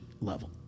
level